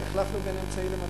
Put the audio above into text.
החלפנו בין אמצעי למטרה.